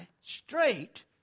straight